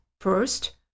first